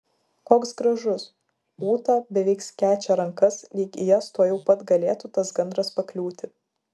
koks gražus ūta beveik skečia rankas lyg į jas tuojau pat galėtų tas gandras pakliūti